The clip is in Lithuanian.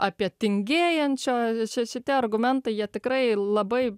apie tingėjančio čia šitie argumentai jie tikrai labai